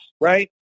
right